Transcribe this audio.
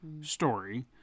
story